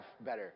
better